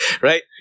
right